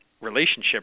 relationship